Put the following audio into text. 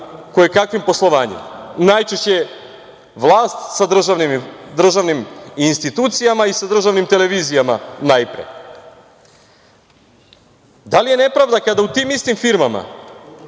kojekakvim poslovanjem, najčešće vlast sa državnim i institucijama i sa državnim televizijama najpre? Da li je nepravda kada u tim istim firmama